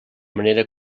manera